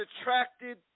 attracted